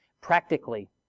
practically